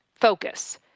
focus